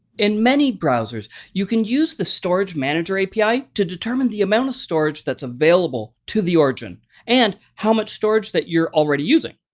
in many browsers, you can use the storage manager api to determine the amount of storage that's available to the origin and how much storage that you're already using.